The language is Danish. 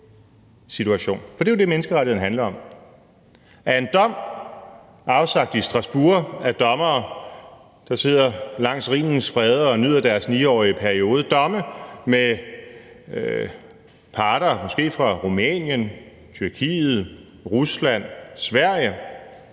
For det er jo det, menneskerettighederne handler om: at en dom afsagt i Strasbourg af dommere, der sidder langs Rhinens bredder og nyder deres 9-årige periode, domme med parter måske fra Rumænien, Tyrkiet, Rusland, Sverige,